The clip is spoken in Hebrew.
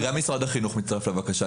גם משרד החינוך מצטרף לבקשה.